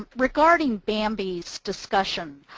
ah regarding bamby's discussion,